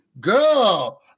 girl